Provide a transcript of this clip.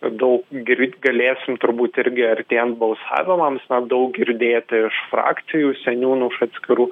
daug grit galėsim turbūt irgi artėjant balsavimams na daug girdėti iš frakcijų seniūnų iš atskirų